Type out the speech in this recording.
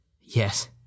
Yes